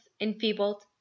enfeebled